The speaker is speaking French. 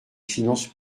finances